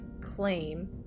claim